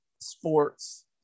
sports